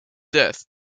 death